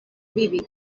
vivi